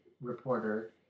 reporter